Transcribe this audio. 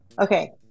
Okay